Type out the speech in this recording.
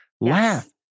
Laugh